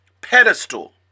pedestal